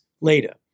later